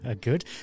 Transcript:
Good